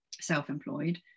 self-employed